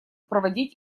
проводить